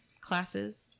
classes